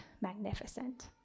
magnificent